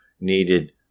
needed